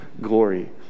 glory